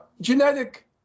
genetic